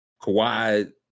Kawhi